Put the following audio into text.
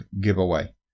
giveaway